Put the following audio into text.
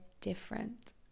different